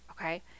okay